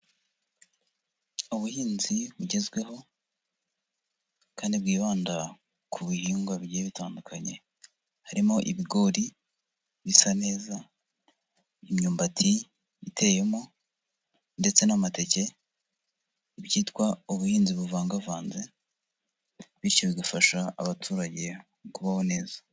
Ubuhinzi bugezweho kandi bwibanda ku bihingwa bigiye bitandukanye, harimo ibigori bisa neza, imyumbati iteyemo ndetse n'amateke, ibyitwa ubuhinzi buvangavanze, bityo bigafasha abaturage kubaho neza.